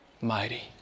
mighty